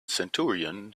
centurion